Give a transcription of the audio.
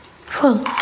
Full